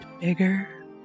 bigger